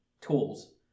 tools